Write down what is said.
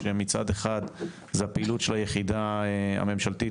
שמצד אחד זה הפעילות של היחידה הממשלתית